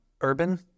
urban